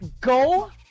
Go